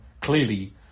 Clearly